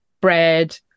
bread